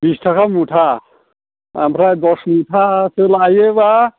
बिस थाखा मुथा ओमफ्राय दस मुथासो लायोब्ला